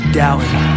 doubting